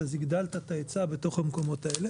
אז הגדלת את ההיצע בתוך המקומות האלה.